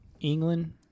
England